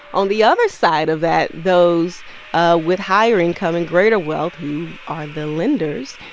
on the other side of that, those ah with higher income and greater wealth who are the lenders,